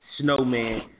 Snowman